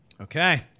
Okay